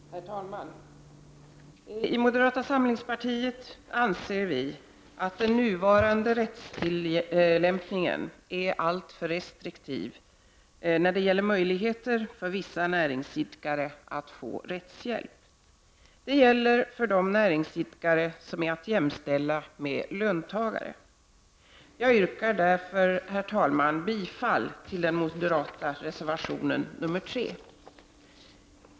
Herr talman! I moderata samlingspartiet anser vi att den nuvarande rättstillämpningen är alltför restriktiv när det gäller möjligheter för vissa näringsidkare att få rättshjälp. Det gäller för de näringsidkare som är att jämställa med löntagare. Jag yrkar därför, herr talman, bifall till den moderata reservationen nr 3.